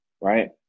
Right